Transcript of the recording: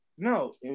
No